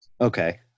Okay